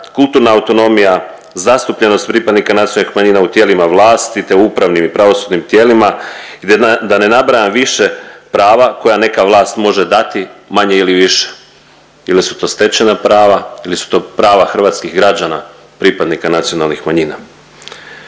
kulturna autonomija, zastupljenost pripadnika nacionalnih manjina u tijelima vlasti, te u upravnim i pravosudnim tijelima, da ne nabrajam više prava koja neka vlast može dati manje ili više ili su to stečena prava ili su to prava hrvatskih građana pripadnika nacionalnih manjina.